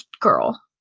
girl